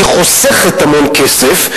היא חוסכת המון כסף,